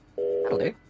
Hello